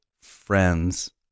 friends